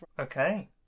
Okay